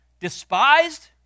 despised